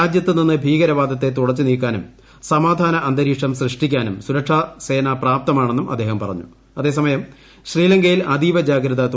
രാജ്യത്ത് നിന്ന് ഭീകരവാദത്തെ തുടച്ചുനീക്കാനും സമാധനാന്തരീക്ഷം സൃഷ്ടിക്കാനും സുരക്ഷാസേന പ്രാപ്തമാണെന്നും അദ്ദേഹം അതേസമയം ശ്രീലങ്കയിൽ അതീവ ജാഗ്രത പറഞ്ഞു